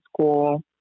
school